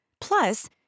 Plus